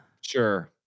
Sure